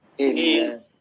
Amen